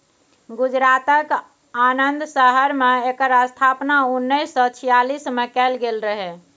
गुजरातक आणंद शहर मे एकर स्थापना उन्नैस सय छियालीस मे कएल गेल रहय